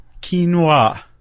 Quinoa